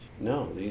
No